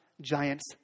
giants